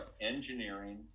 engineering